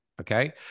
Okay